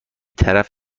طرف